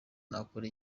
nakora